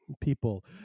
people